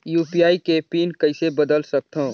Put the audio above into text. UPI के pin कइसे बदल सकथव?